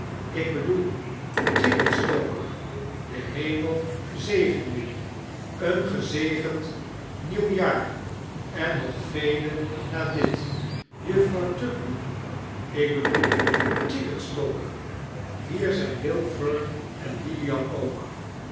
ik bedoel chiekenstalker de heimel zegen jie een gezegead nieuw jaar en nog vele na dit juffrouw tugby ik bedoel chiekenstalker hier zijn will fern en lilian ook